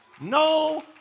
no